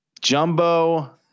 Jumbo